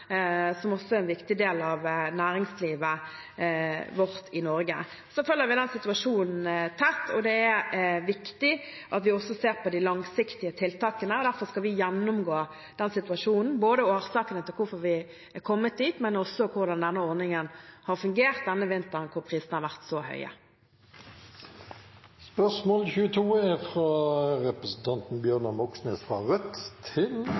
som også er en viktig del av næringslivet i Norge. Vi følger situasjonen tett. Det er viktig at vi også ser på de langsiktige tiltakene. Derfor skal vi gjennomgå situasjonen, både årsakene til at vi er kommet dit, og hvordan denne ordningen har fungert denne vinteren når prisene har vært så høye. «Deler olje- og energiministeren kravet fra